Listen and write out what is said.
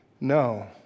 No